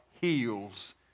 heals